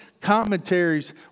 commentaries